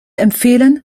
empfehlen